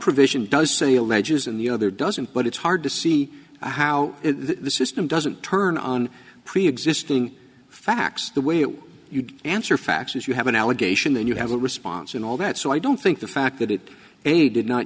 provision does say alleges and the other doesn't but it's hard to see how this system doesn't turn on preexisting facts the way if you answer faxes you have an allegation then you have a response and all that so i don't think the fact that he did not